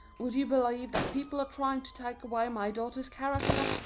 would you believe that people are trying to take away my daughter's character?